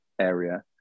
area